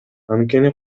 анткени